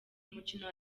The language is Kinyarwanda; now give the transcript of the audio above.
umukino